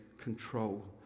control